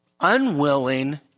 unwilling